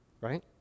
Right